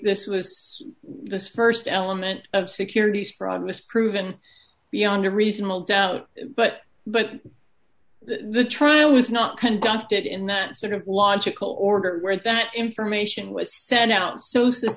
this was the st element of securities fraud was proven beyond a reasonable doubt but but the trial was not conducted in that sort of logical order where that information was sent out so